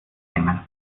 nehmen